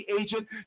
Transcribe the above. agent